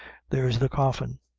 there's the coffin.